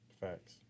Facts